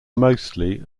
mostly